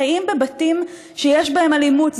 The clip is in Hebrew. חיים בבתים שיש בהם אלימות.